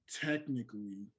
technically